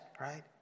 right